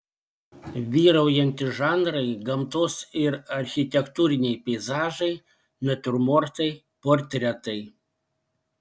vyraujantys žanrai gamtos ir architektūriniai peizažai natiurmortai portretai